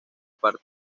parte